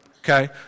Okay